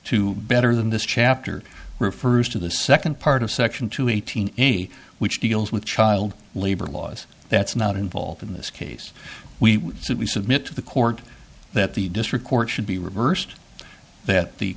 to better than this chapter refers to the second part of section two eight hundred eighty which deals with child labor laws that's not involved in this case we said we submit to the court that the district court should be reversed that the